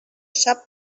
sap